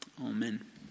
amen